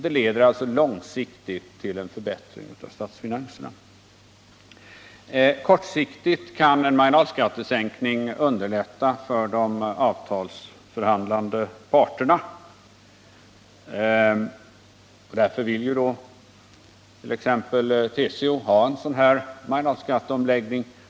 Det leder alltså långsiktigt till en förbättring av statsfinanserna. Kortsiktigt kan en marginalskattesänkning underlätta för de avtalsförhandlande parterna. Därför vill t.ex. TCO ha en sådan marginalskatteomläggning.